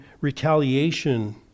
retaliation